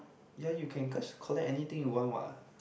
ya you can just collect anything you want what